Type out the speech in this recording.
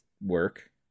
work